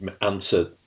answer